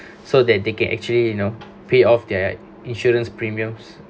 so that they can actually you know pay off their insurance premiums